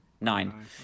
Nine